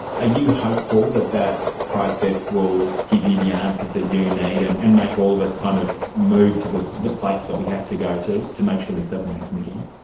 ah you hopeful that that process will give you the answers that you need and and make all of us kind of move to the place that we have to go to to make sure this doesn't happen again?